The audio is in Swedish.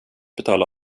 betala